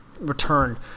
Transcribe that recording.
return